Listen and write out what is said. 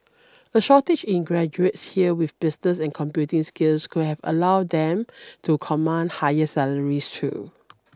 a shortage in graduates here with business and computing skills could have allowed them to command higher salaries too